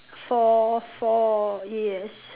four four yes